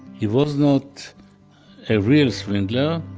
he was not a real swindler.